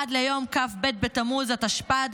עד ליום כ"ב בתמוז התשפ"ד,